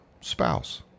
spouse